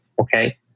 Okay